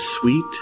sweet